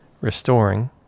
restoring